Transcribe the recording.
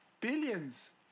billions